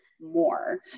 more